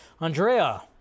Andrea